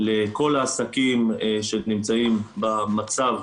לכל העסקים שנמצאים במצב